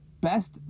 best